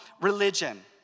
religion